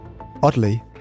Oddly